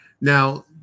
Now